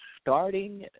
starting